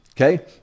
okay